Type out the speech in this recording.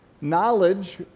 knowledge